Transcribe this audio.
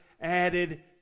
added